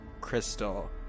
crystal